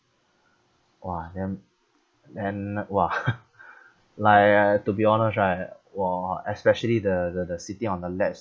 !wah! then then !wah! like uh to be honest right !wah! especially the the the sitting on the ledge